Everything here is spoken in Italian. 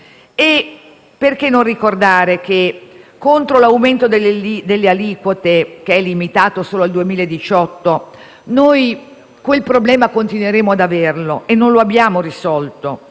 Perché non ricordare, poi, che la norma contro l'aumento delle aliquote è limitata solo al 2018. Noi quel problema continueremo ad averlo e non lo abbiamo risolto